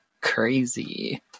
Crazy